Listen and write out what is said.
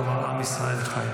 והוא אמר: עם ישראל חי.